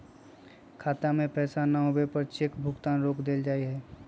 खाता में पैसा न होवे पर चेक भुगतान रोक देयल जा हई